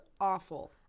awful